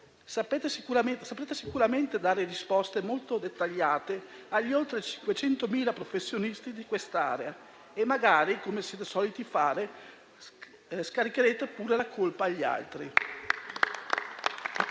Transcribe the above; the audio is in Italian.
Saprete sicuramente dare risposte molto dettagliate agli oltre 500.000 professionisti di quest'area e magari, come siete soliti fare, scaricare anche la colpa sugli altri.